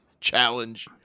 challenge